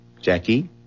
Jackie